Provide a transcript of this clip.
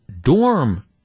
dorm